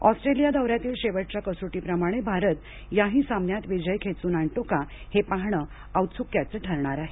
Australia दौऱ्यातील शेवटच्या कसोटीप्रमाणे भारत याही सामन्यात विजय खेचून आणतो का हे पाहणं औत्सुक्याचं ठरणार आहे